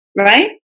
right